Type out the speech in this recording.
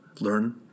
Learn